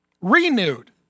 renewed